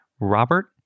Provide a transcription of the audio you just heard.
Robert